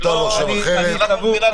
לקבל שירותי בריאות,